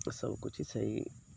ସବୁ କିଛି ସେହି